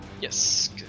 Yes